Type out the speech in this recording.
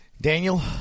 Daniel